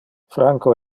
franco